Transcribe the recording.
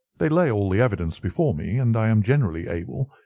they lay all the evidence before me, and i am generally able,